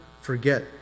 forget